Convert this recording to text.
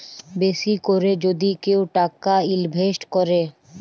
বেশি ক্যরে যদি কেউ টাকা ইলভেস্ট ক্যরে